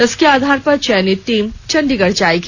इसके आधार पर चयनित टीम चंडीगढ़ जाएगी